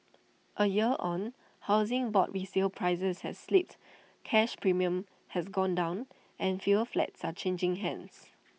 A year on Housing Board resale prices have slipped cash premiums have gone down and fewer flats are changing hands